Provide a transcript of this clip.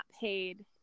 paid